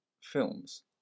films